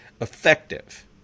effective